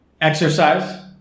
Exercise